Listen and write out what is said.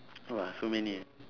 !wah! so many